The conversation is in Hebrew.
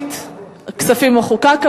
כספים או חוקה.